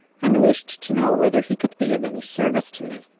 and wished to know whether he could be of any service to me.